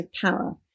power